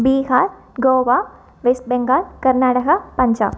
Bihar Goa West Bengal Karnataka Punjab